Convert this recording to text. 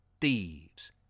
Thieves